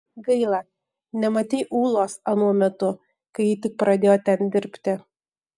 gaila nematei ulos anuo metu kai ji tik pradėjo ten dirbti